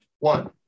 One